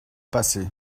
passé